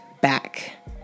back